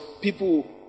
people